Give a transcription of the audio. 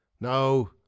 No